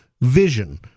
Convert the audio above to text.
vision